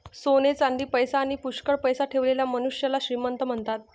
सोने चांदी, पैसा आणी पुष्कळ पैसा ठेवलेल्या मनुष्याला श्रीमंत म्हणतात